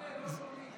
מקלב, לא שומעים.